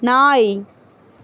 நாய்